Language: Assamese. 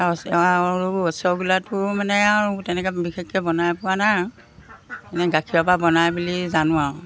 আৰু ৰসগোল্লাটো মানে আৰু তেনেকৈ বিশেষকৈ বনাই পোৱা নাই আৰু এনেই গাখীৰৰপৰা বনাই বুলি জানোঁ আৰু